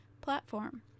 platform